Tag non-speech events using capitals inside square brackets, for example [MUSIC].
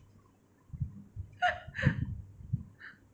[LAUGHS]